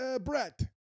Brett